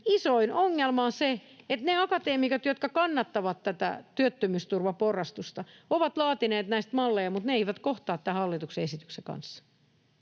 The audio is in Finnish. isoin ongelma on se, että ne akateemikot, jotka kannattavat tätä työttömyysturvan porrastusta, ovat laatineet näistä malleja mutta ne eivät kohtaa tämän hallituksen esityksen kanssa.